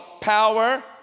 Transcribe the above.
power